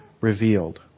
revealed